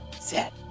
Set